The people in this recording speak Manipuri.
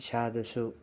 ꯏꯁꯥꯗꯁꯨ